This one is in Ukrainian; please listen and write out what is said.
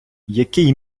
який